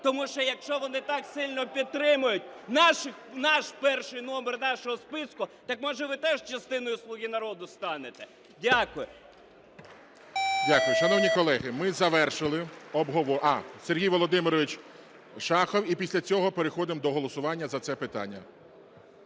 Тому що якщо вони так сильно підтримують наш перший номер нашого списку, так може ви теж частиною "Слуга народу" станете? Дякую. ГОЛОВУЮЧИЙ. Дякую. Шановні колеги, ми завершили обговорення… Сергій Володимирович Шахов, і після цього переходимо до голосування за це питання.